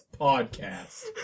podcast